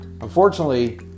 Unfortunately